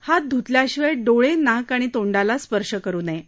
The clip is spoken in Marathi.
हात धुतल्याशिवाय डोळे नाक आणि तोंडाला स्पर्श करु नये